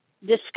discuss